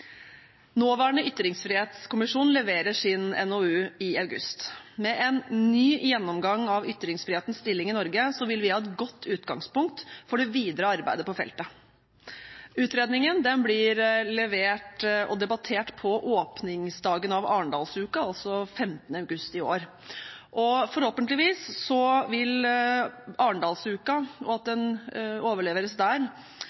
nåværende ytringsfrihetskommisjonen leverer sin NOU i august. Med en ny gjennomgang av ytringsfrihetens stilling i Norge vil vi ha et godt utgangspunkt for det videre arbeidet på feltet. Utredningen blir overlevert og debattert på åpningsdagen av Arendalsuka, altså den 15. august i år. Forhåpentligvis vil Arendalsuka og at